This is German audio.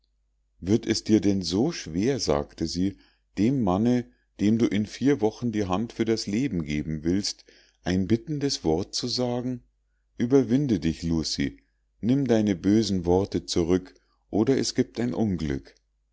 wird es dir denn so schwer sagte sie dem manne dem du in vier wochen die hand für das leben geben willst ein bittendes wort zu sagen ueberwinde dich lucie nimm deine bösen worte zurück oder es giebt ein unglück